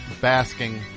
Basking